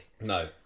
No